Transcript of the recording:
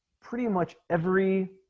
pretty much every